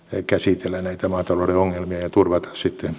se käsittelee näitä maatalouden ongelmia turvata sitä